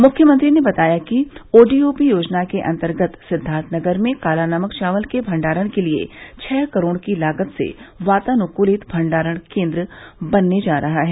मुख्यमंत्री ने बताया कि ओडीओपी योजना के अंतर्गत सिद्वार्थनगर में काला नमक चावल के भण्डारण के लिए छह करोड़ की लागत से वातान्कूलित भण्डारण केन्द्र बनने जा रहा है